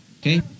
Okay